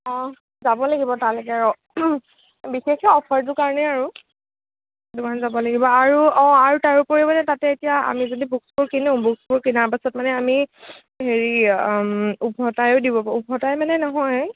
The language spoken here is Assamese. অ যাব লাগিব তালৈকে অ বিশেষকৈ অ'ফাৰটোৰ কাৰণেই আৰু সেইটো কাৰণে যাব লাগিব আৰু অ আৰু তাৰ উপৰিও মানে তাতে এতিয়া আমি যদি বুকচবোৰ কিনো বুকচবোৰ কিনাৰ পাছত আমি হেৰি উভতাইয়ো দিব পাৰোঁ উভতাই মানে নহয়